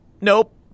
Nope